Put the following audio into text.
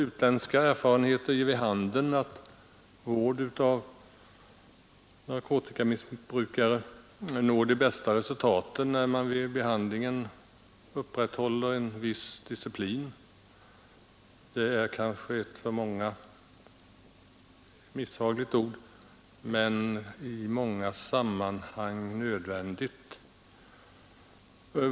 Utländska erfarenheter ger vid handen att vård av narkotikamissbrukare når de bästa resultaten när man vid behandlingen upprätthåller en viss disciplin. Det är kanske ett för många misshagligt ord, men i många sammanhang nödvändigt.